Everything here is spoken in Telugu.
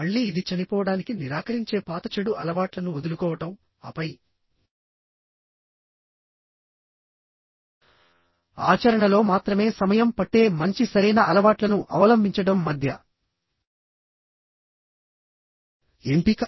మళ్ళీ ఇది చనిపోవడానికి నిరాకరించే పాత చెడు అలవాట్లను వదులుకోవడం ఆపై ఆచరణలో మాత్రమే సమయం పట్టే మంచి సరైన అలవాట్లను అవలంబించడం మధ్య ఎంపిక